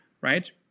right